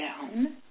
down